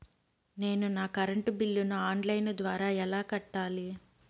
నేను నా కరెంటు బిల్లును ఆన్ లైను ద్వారా ఎలా కట్టాలి?